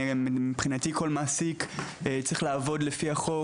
מבחינתי כל מעסיק צריך לעבוד לפי החוק